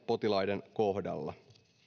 potilaiden kohdalla